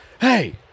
hey